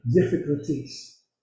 difficulties